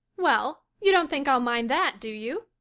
well, you don't think i'll mind that, do you?